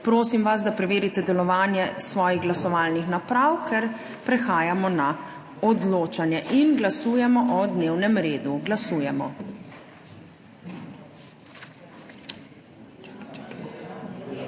Prosim vas, da preverite delovanje svojih glasovalnih naprav, ker prehajamo na odločanje in glasujemo o dnevnem redu. Glasujemo.